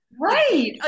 Right